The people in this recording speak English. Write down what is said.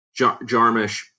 Jarmish